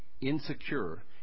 insecure